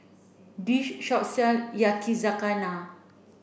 this shop sell Yakizakana